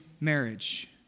marriage